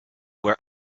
where